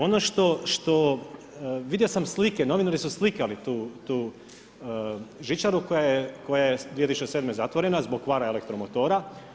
Ono što, vidio sam slike, novinari su slikali tu žičaru koja je 2007. zatvorena zbog kvara elektromotora.